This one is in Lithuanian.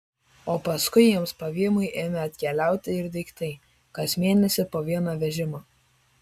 o paskui jiems pavymui ėmė atkeliauti ir daiktai kas mėnesį po vieną vežimą